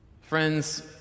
Friends